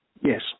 Yes